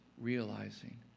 realizing